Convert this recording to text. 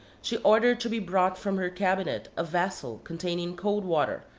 she ordered to be brought from her cabinet a vessel containing cold water,